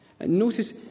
Notice